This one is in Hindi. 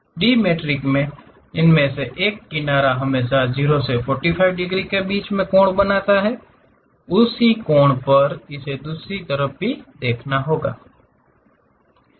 डिमेट्रिक में इनमें से एक किनारा हमेशा 0 से 45 डिग्री के बीच में कोण बनाता है उसी कोण पर इसे दूसरी तरफ भी देखना होगा